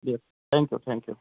দিয়ক thank you thank U